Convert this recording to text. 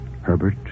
Herbert